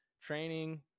training